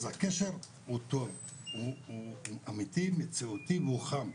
אז הקשר הוא טוב, הוא אמיתי, מציאותי והוא חם.